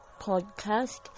podcast